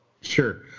Sure